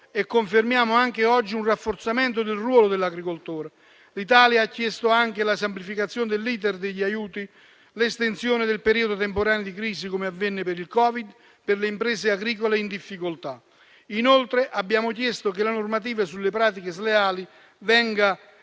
lo confermiamo anche oggi, un rafforzamento del ruolo dell'agricoltore. L'Italia ha chiesto anche la semplificazione dell'*iter* degli aiuti e l'estensione del periodo temporaneo di crisi, come avvenne per il Covid-19, per le imprese agricole in difficoltà. Inoltre, abbiamo chiesto che la normativa sulle pratiche sleali venga